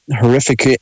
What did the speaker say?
horrific